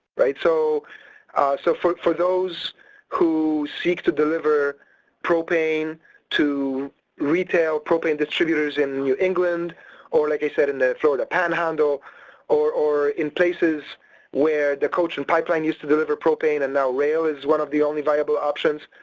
right? so are so for for those who seek to deliver propane to retail propane distributors in the new england or like i said in the florida panhandle or, or in places where the coach and pipelines used to deliver propane and now rail is one of the only viable options.